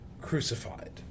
crucified